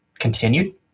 continued